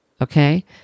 Okay